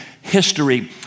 history